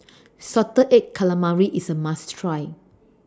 Salted Egg Calamari IS A must Try